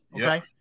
okay